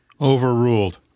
Overruled